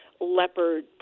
leopard